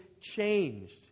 changed